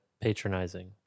patronizing